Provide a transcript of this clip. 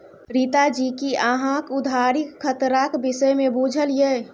रीता जी कि अहाँक उधारीक खतराक विषयमे बुझल यै?